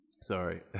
Sorry